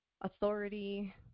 authority